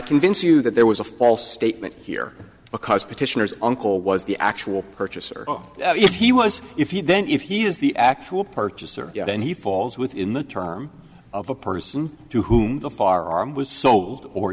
convince you that there was a false statement here because petitioners uncle was the actual purchaser if he was if he then if he is the actual purchaser then he falls within the term of the person to whom the foreign was sold or